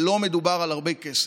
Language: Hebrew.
ולא מדובר על הרבה כסף,